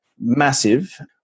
massive